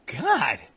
God